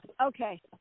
Okay